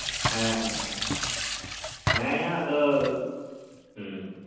ᱦᱮᱸ ᱦᱮᱸ ᱦᱮᱸ ᱦᱮᱸ ᱦᱮᱸ ᱟᱫᱚ